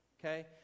okay